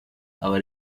aba